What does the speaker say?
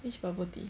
which bubble tea